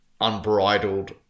unbridled